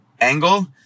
angle